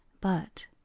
But